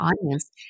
audience